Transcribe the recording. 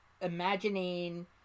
imagining